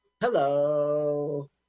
Hello